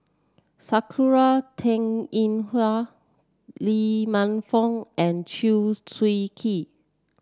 Sakura Teng Ying Hua Lee Man Fong and Chew Swee Kee